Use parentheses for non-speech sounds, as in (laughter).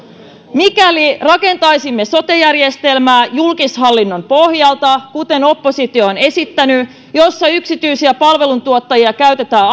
mikäli rakentaisimme sote järjestelmää julkishallinnon pohjalta kuten oppositio on esittänyt jossa yksityisiä palveluntuottajia käytetään (unintelligible)